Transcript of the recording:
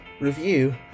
review